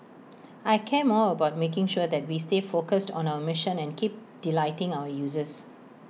I care more about making sure that we stay focused on our mission and keep delighting our users